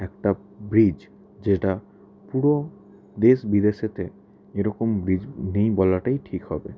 একটা ব্রিজ যেটা পুরো দেশ বিদেশেতে এরকম ব্রিজ নেই বলাটাই ঠিক হবে